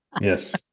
Yes